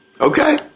Okay